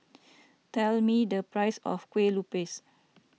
tell me the price of Kueh Lupis